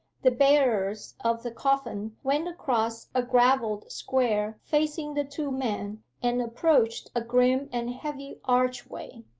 the bearers of the coffin went across a gravelled square facing the two men and approached a grim and heavy archway.